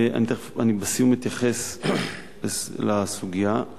בסיום אני אתייחס לסוגיה,